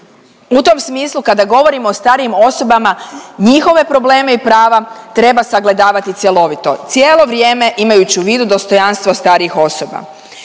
U tom smislu kada govorimo o starijim osobama, njihove probleme i prava treba sagledavati cjelovito, cijelo vrijeme imajući u vidu dostojanstvo starijih osoba